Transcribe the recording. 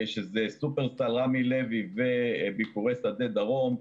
שופרסל, רמי לוי וביכורי שדה דרום.